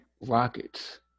Rockets